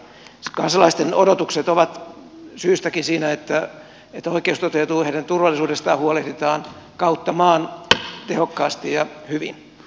kansalaisten odotukset ovat syystäkin siinä että oikeus toteutuu ja heidän turvallisuudestaan huolehditaan kautta maan tehokkaasti ja hyvin